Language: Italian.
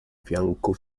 fianco